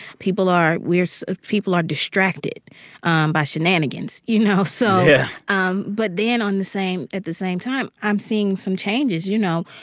people are we're so ah people are distracted and by shenanigans, you know? so. yeah um but then, on the same at the same time, i'm seeing some changes. you know,